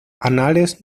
anales